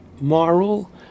moral